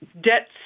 debt